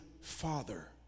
father